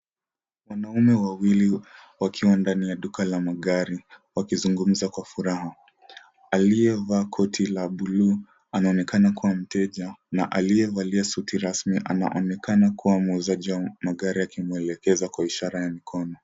Wanaume wawili wakiwa ndani ya duka la magari wakizungumza kwa furaha. Aliyevaaa koti la bluu anaonekana kuwa mteja na aliyevalia suti rasmi anaonekana kuwa muuzaji wa magari akimwelekeza kwa ishara ya mikono.